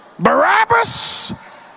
Barabbas